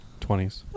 20s